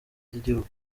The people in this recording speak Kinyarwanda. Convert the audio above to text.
ry’igihugu